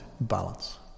balance